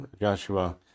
Joshua